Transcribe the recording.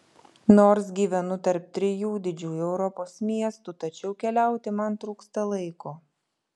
nors gyvenu tarp trijų didžių europos miestų tačiau keliauti man trūksta laiko